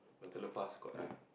the tailor pass got the